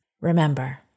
remember